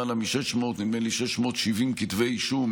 למעלה מ-600 כתבי אישום,